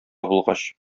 булгач